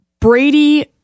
Brady